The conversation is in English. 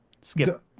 skip